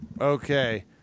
Okay